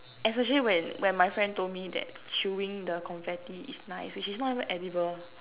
especially when when my friend told me that chewing the confetti is nice which is not even edible